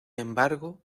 embargo